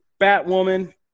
Batwoman